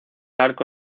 arco